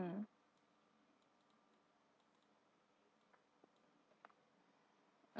mm